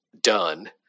done